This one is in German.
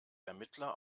ermittler